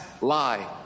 Lie